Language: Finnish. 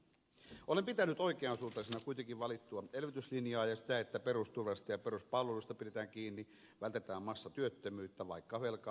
olen pitänyt oikean suuntaisena kuitenkin valittua elvytyslinjaa ja sitä että perusturvasta ja peruspalveluista pidetään kiinni vältetään massatyöttömyyttä vaikka velkaa ottaen